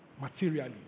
materially